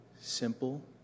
simple